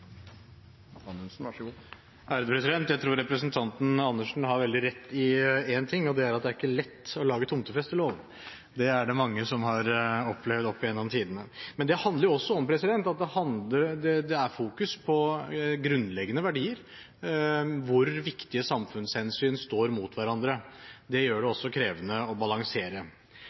at det ikke er lett å lage tomtefestelov. Det er det mange som har opplevd opp gjennom tidene. Men det handler også om at det fokuseres på grunnleggende verdier hvor viktige samfunnshensyn står mot hverandre. Det gjør det